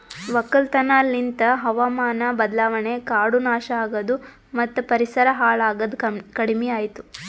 ಒಕ್ಕಲತನ ಲಿಂತ್ ಹಾವಾಮಾನ ಬದಲಾವಣೆ, ಕಾಡು ನಾಶ ಆಗದು ಮತ್ತ ಪರಿಸರ ಹಾಳ್ ಆಗದ್ ಕಡಿಮಿಯಾತು